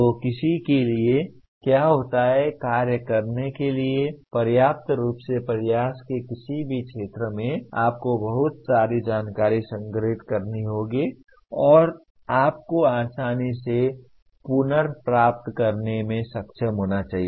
तो किसी के लिए क्या होता है कार्य करने के लिए पर्याप्त रूप से प्रयास के किसी भी क्षेत्र में आपको बहुत सारी जानकारी संग्रहीत करनी होगी और आपको आसानी से पुनर्प्राप्त करने में सक्षम होना चाहिए